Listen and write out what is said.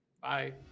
bye